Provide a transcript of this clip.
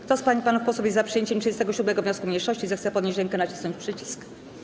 Kto z pań i panów posłów jest za przyjęciem 37. wniosku mniejszości, zechce podnieść rękę i nacisnąć przycisk.